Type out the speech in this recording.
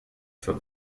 für